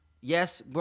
Yes